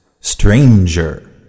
Stranger